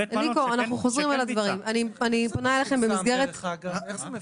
איך זה מפורסם?